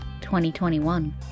2021